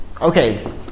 Okay